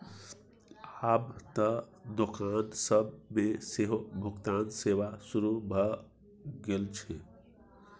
आब त दोकान सब मे सेहो भुगतान सेवा शुरू भ गेल छै